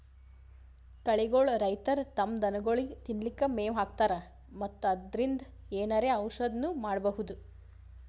ಕಳಿಗೋಳ್ ರೈತರ್ ತಮ್ಮ್ ದನಗೋಳಿಗ್ ತಿನ್ಲಿಕ್ಕ್ ಮೆವ್ ಹಾಕ್ತರ್ ಮತ್ತ್ ಅದ್ರಿನ್ದ್ ಏನರೆ ಔಷದ್ನು ಮಾಡ್ಬಹುದ್